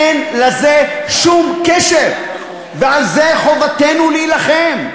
אין לזה שום קשר, ועל זה חובתנו להילחם.